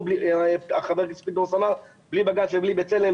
בלי בצלם,